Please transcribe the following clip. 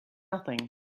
nothing